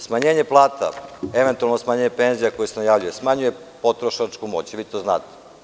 Smanjenje plata, eventualno smanjenje penzija koje se najavljuje, smanjuje potrošačku moć, vi to znate.